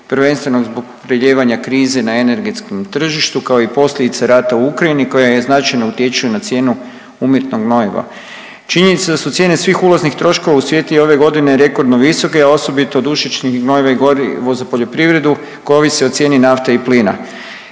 prvenstveno zbog prelijevanja krize na energetskom tržištu kao i posljedica rata u Ukrajini koja značajno utječe na cijenu umjetnog gnojiva. Činjenica da su cijene svih ulaznih troškova u svijetu ove godine rekordno visoke, a osobito dušičnih gnojiva i gorivo za poljoprivredu koje ovise o cijeni nafte i plina